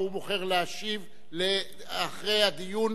אבל הוא בוחר להשיב אחרי הדיון